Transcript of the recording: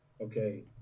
okay